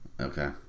Okay